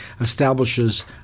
establishes